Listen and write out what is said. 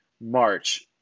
March